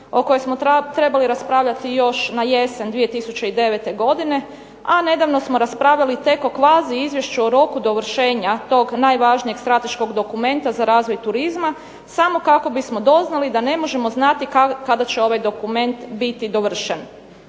o kojoj smo trebali raspravljati još na jesen 2009. godine, a nedavno smo raspravili tek o kvazi izvješću o roku dovršenja tog najvažnijeg strateškog dokumenta za razvoj turizma samo kako bismo doznali da ne možemo znati kada će ovaj dokument biti dovršen.